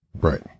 right